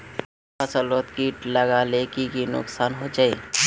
फसलोत किट लगाले की की नुकसान होचए?